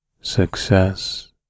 success